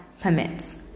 permits